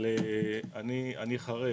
-- אבל אני חרד.